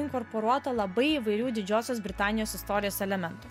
inkorporuota labai įvairių didžiosios britanijos istorijos elementų